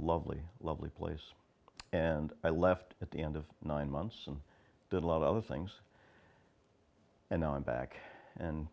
lovely lovely place and i left at the end of nine months and did a lot of other things and now i'm back and